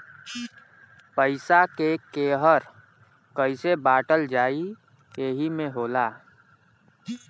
पइसा के केहर कइसे बाँटल जाइ एही मे होला